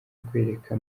akwereka